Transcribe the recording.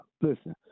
Listen